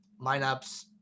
lineups